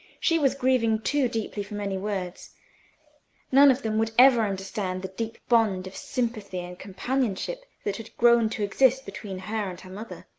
she was grieving too deeply for many words none of them would ever understand the deep bond of sympathy and companionship that had grown to exist between her and her mother.